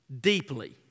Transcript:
deeply